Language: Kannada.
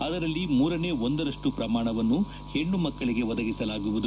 ಅದರಲ್ಲಿ ಮೂರನೇ ಒಂದರಷ್ಟು ಪ್ರಮಾಣವನ್ನು ಹೆಣ್ಣು ಮಕ್ಕಳಿಗೆ ಒದಗಿಸಲಾಗುವುದು